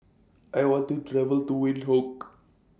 I want to travel to Windhoek